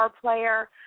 player